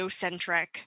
geocentric